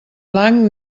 blanc